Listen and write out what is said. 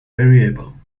variable